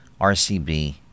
rcb